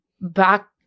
back